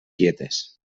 quietes